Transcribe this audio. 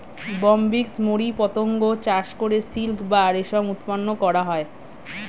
Bombyx mori পতঙ্গ চাষ করে সিল্ক বা রেশম উৎপন্ন করা হয়